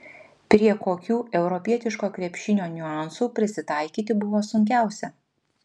prie kokių europietiško krepšinio niuansų prisitaikyti buvo sunkiausia